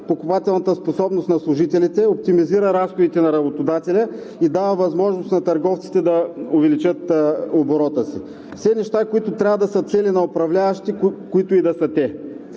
покупателната способност на служителите, оптимизира разходите на работодателя и дава възможност на търговците да увеличат оборота си – все неща, които трябва да са цели на управляващи, които и да са те.